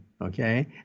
Okay